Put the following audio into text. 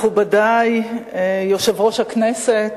מכובדי, יושב-ראש הכנסת,